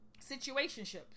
situationship